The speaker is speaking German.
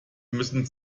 müssen